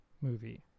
movie